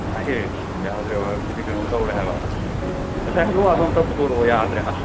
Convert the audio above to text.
ꯁꯥꯏꯍꯦ ꯌꯥꯗ꯭ꯔꯦꯕ ꯁꯤꯗꯤ ꯀꯩꯅꯣꯝ ꯇꯧꯔꯦ ꯍꯥꯏꯕ ꯉꯁꯥꯏ ꯍꯜꯂꯨꯋꯥꯗꯣ ꯑꯃꯨꯛꯇ ꯄꯨꯊꯣꯔꯛꯑꯣ ꯌꯥꯗ꯭ꯔꯦ ꯑꯁ